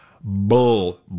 Bull